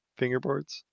fingerboards